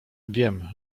wiem